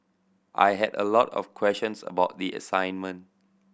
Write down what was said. I had a lot of questions about the assignment